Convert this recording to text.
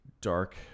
dark